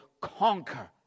conquer